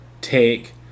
take